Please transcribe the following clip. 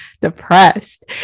depressed